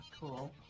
Cool